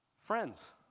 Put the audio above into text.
Friends